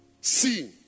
See